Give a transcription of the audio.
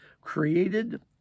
created